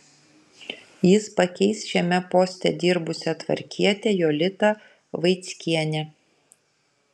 jis pakeis šiame poste dirbusią tvarkietę jolitą vaickienę